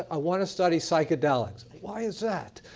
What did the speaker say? i wanna study psychedelics. why is that?